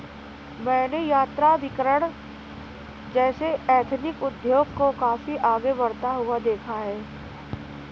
मैंने यात्राभिकरण जैसे एथनिक उद्योग को काफी आगे बढ़ता हुआ देखा है